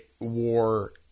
War